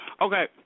Okay